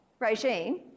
Regime